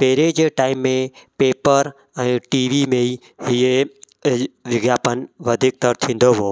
पहिरीं जे टाइम में पेपर ऐं टी वी में ई हीये इल विज्ञापन वधीक त थींदो हो